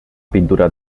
pintura